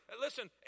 listen